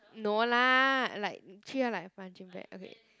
no lah like treat her like punching bag okay